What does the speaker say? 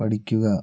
പഠിക്കുക